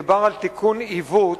מדובר על תיקון עיוות